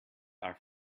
are